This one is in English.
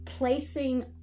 Placing